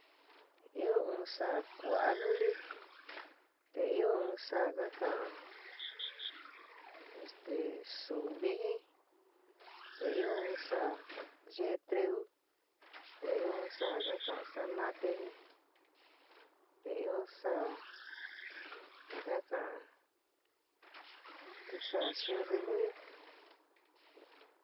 Ɨó in saá kua'a luli, ɨó in saá ka ka'an este zuúmpi jɨn, te ɨó in saá yeé triu, te ɨó in saá ka ka'an zanáte jin, te ɨó saá ja ka ka'an tisaá chírri luli.